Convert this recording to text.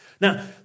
Now